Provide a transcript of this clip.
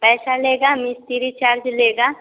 पैसा लेगा मिस्त्री चार्ज लेगा